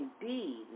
indeed